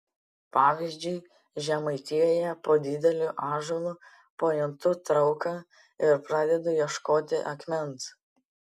pavyzdžiui žemaitijoje po dideliu ąžuolu pajuntu trauką ir pradedu ieškoti akmens